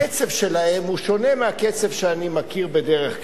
הקצב שלהם שונה מהקצב שאני מכיר בדרך כלל.